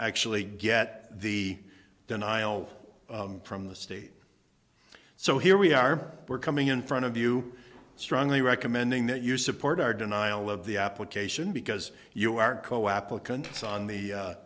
actually get the denial from the state so here we are we're coming in front of you strongly recommending that you support our denial of the application because you are co applicants on the